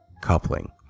coupling